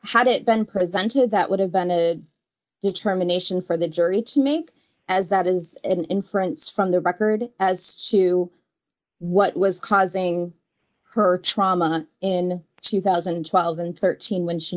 did it been prevented that would have been a determination for the jury to make as that is an inference from the record as to what was causing her trauma in two thousand and twelve and thirteen whe